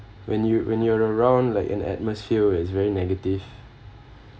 when you when you're around like an atmosphere is very negative